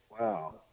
wow